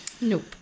Nope